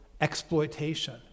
exploitation